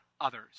others